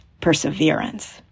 perseverance